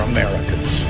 Americans